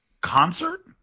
concert